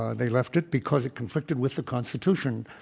ah they left it because it conflicted with the constitution.